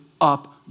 up